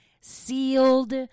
Sealed